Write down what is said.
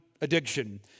addiction